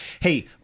Hey